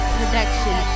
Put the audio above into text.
Production